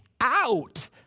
out